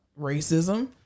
Racism